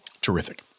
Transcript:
Terrific